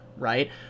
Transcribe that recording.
right